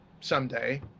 someday